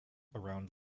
around